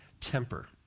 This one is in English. temper